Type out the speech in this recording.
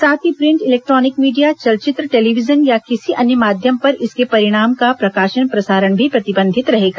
साथ ही print electronic media चलचित्र टेलीविजन या किसी अन्य माध्यम पर इसके परिणाम का प्रकाशन प्रसारण भी प्रतिबंधित रहेगा